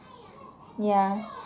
ya